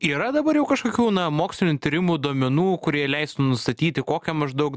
yra dabar jau kažkokių na mokslinių tyrimų duomenų kurie leistų nustatyti kokią maždaug